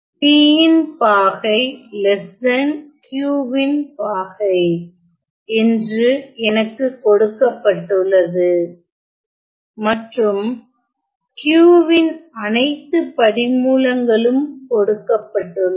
P ன் பாகை Q ன் பாகை degree of degree of என்று எனக்கு கொடுக்கப்பட்டுள்ளது மற்றும் Q வின் அனைத்து படிமூலங்களும் கொடுக்கப்பட்டுள்ளது